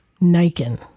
Nikon